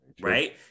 right